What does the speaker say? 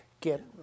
get